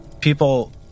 people